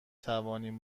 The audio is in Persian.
توانیم